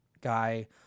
guy